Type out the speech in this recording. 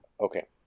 Okay